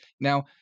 Now